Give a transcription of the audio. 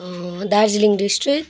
Darjeeling district